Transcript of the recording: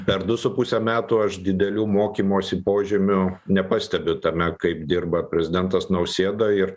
per du su puse metų aš didelių mokymosi požymių nepastebiu tame kaip dirba prezidentas nausėda ir